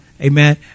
Amen